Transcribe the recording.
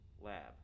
lab